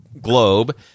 globe